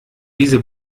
diese